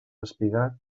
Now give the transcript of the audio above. espigat